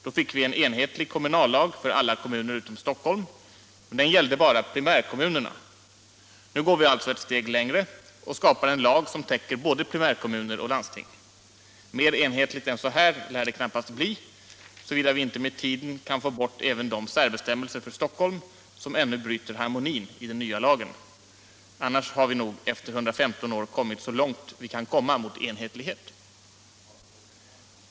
Då fick vi en enhetlig kommunallag för alla kommuner utom Stockholm, men den gällde bara primärkommunerna. Nu går vi alltså ett steg längre och skapar en lag som täcker både primärkommuner och landsting. Mer enhetligt än så här lär det knappast bli — såvida vi inte med tiden kan få bort även de särbestämmelser för Stockholm som ännu bryter harmonin i den nya lagen. Men annars har vi nog efter 115 år kommit så långt vi kan komma mot enhetlighet.